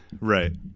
Right